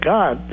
God